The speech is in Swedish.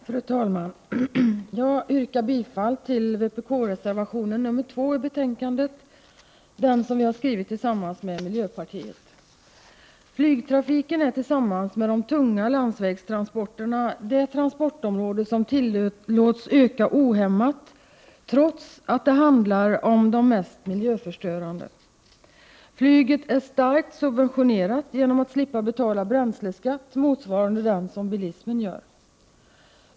Fru talman! Jag yrkar bifall till reservation 2, som vi skrivit tillsammans med miljöpartiet. Flygtrafiken är tillsammans med de tunga landsvägstransporterna det transportområde som tillåts öka mest ohämmat, trots att det tillhör de mest miljöförstörande. Flyget är starkt subventionerat, eftersom det slipper att betala bränsleskatt, som ju bilismen betalar.